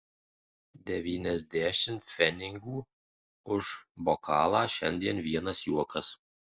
devyniasdešimt pfenigų už bokalą šiandien vienas juokas